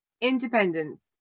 independence